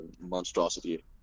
monstrosity